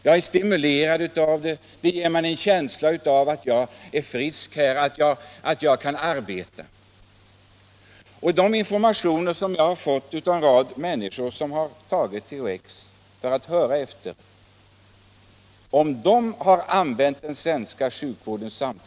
De blir stimulerade av det, och det ger dem en känsla av att de är friska och kan arbeta. Enligt de informationer som jag har fått av en rad människor som tagit THX har de samtidigt nyttjat den svenska sjukvården.